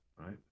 right